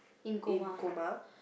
in coma